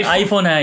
iPhone